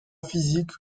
physique